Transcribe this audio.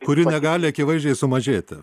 kuri negali akivaizdžiai sumažėti